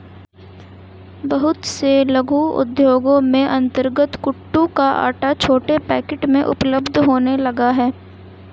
बहुत से लघु उद्योगों के अंतर्गत कूटू का आटा छोटे पैकेट में उपलब्ध होने लगा है